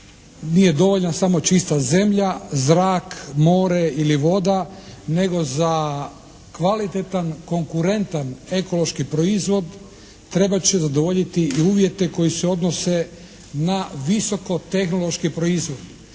nije dovoljna samo čista zemlja, zrak, more ili voda nego za kvalitetan, konkurentan ekološki proizvod trebat će zadovoljiti i uvjete koji se odnose na visokotehnološki proizvod.